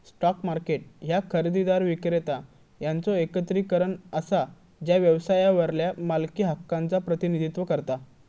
stock market ह्या खरेदीदार, विक्रेता यांचो एकत्रीकरण असा जा व्यवसायावरल्या मालकी हक्कांचा प्रतिनिधित्व करता